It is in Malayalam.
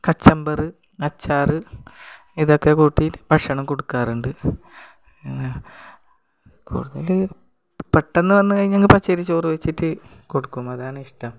കച്ചംബർ അച്ചാർ ഇതൊക്കെ കൂട്ടിയിട്ട് ഭക്ഷണം കൊടുക്കാറുണ്ട് കൂടുതൽ പെട്ടെന്ന് വന്നു കഴിഞ്ഞെങ്കിൽ പച്ചരിച്ചോർ വെച്ചിട്ട് കൊടുക്കും അതാണ് ഇഷ്ടം